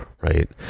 right